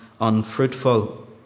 unfruitful